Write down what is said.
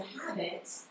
habits